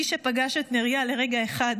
מי שפגש את נריה לרגע אחד